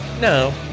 No